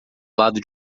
lado